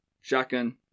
shotgun